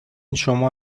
شما